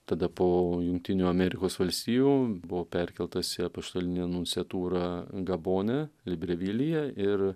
tada po jungtinių amerikos valstijų buvo perkeltas į apaštalinę nunciatūrą gabone librevilyje ir